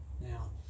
Now